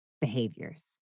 behaviors